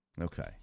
Okay